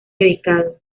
dedicado